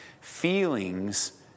Feelings